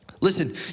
Listen